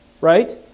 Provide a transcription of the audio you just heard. right